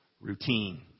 routine